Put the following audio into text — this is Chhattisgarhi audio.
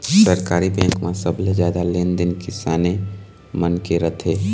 सहकारी बेंक म सबले जादा लेन देन किसाने मन के रथे